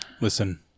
Listen